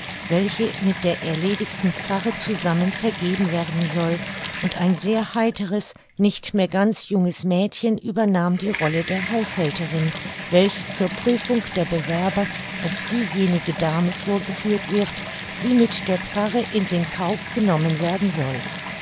welche mit der erledigten pfarre zusammen vergeben werden soll und ein sehr heiteres nicht mehr ganz junges mädchen übernahm die rolle der haushälterin welche zur prüfung der bewerber als diejenige dame vorgeführt wird die mit der pfarre in den kauf genommen werden soll